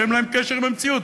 שאין להם קשר עם המציאות.